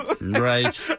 Right